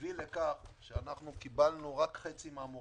הביא לכך שקיבלנו רק חצי מהמורים.